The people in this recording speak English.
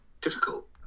difficult